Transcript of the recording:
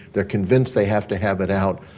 they're convinced they have to have it out,